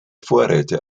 vorräte